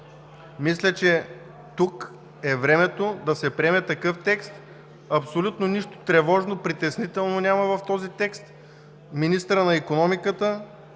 Мисля, че тук е времето да се приеме такъв текст. Абсолютно нищо тревожно, притеснително няма в него. Министърът на икономиката